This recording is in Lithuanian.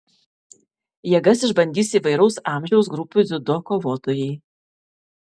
jėgas išbandys įvairaus amžiaus grupių dziudo kovotojai